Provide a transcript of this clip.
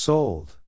Sold